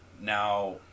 now